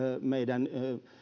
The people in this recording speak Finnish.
meidän